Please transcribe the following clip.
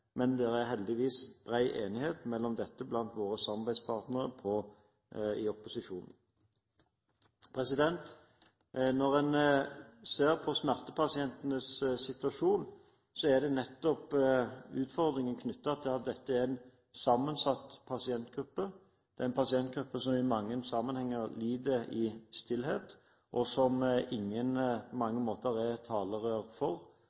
men det er heldigvis bred enighet om dette blant våre samarbeidspartnere i opposisjonen. Når en ser på smertepasientenes situasjon, er det nettopp utfordringer knyttet til at dette er en sammensatt pasientgruppe. Det er en pasientgruppe som i mange sammenhenger lider i stillhet, og som ingen er talerør for.